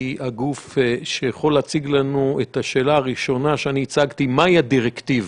היא הגוף שיכול להציג לנו את השאלה שאני הצגתי: מהי הדירקטיבה?